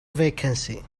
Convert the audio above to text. vacancy